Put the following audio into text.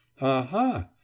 Aha